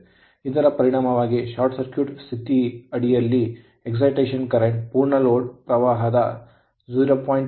ಇದರ ಪರಿಣಾಮವಾಗಿ short circuit ಸ್ಥಿತಿಯಅಡಿಯಲ್ಲಿ excitation current ರೋಮಾಂಚಕ ಪ್ರವಾಹವು ಪೂರ್ಣ ಲೋಡ್ ಪ್ರವಾಹದ ಶೇಕಡಾ 0